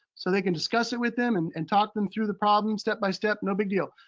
so they can discuss it with them and and talk them through the problems step-by-step, no big deal.